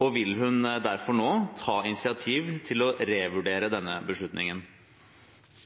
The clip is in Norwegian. og vil hun derfor ta initiativ til å revurdere beslutningen?»